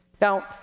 Now